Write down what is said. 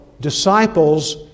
disciples